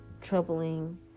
troubling